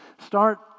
start